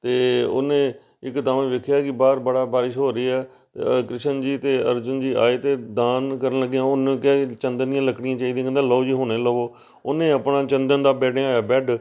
ਤਾਂ ਉਹਨੇ ਇੱਕਦਮ ਵੇਖਿਆ ਕਿ ਬਾਹਰ ਬੜਾ ਬਾਰਿਸ਼ ਹੋ ਰਹੀ ਹੈ ਕ੍ਰਿਸ਼ਨ ਜੀ ਅਤੇ ਅਰਜੁਨ ਜੀ ਆਏ ਤੇ ਦਾਨ ਕਰਨ ਲੱਗਿਆਂ ਉਹਨੂੰ ਕਿਹਾ ਚੰਦਨ ਦੀਆਂ ਲੱਕੜੀਆਂ ਚਾਹੀਦੀਆਂ ਕਹਿੰਦਾ ਲਓ ਜੀ ਹੁਣੇ ਲਵੋ ਉਹਨੇ ਆਪਣਾ ਚੰਦਨ ਦਾ ਬਣਿਆ ਹੋਇਆ ਬੈੱਡ